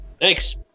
thanks